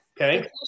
Okay